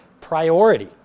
priority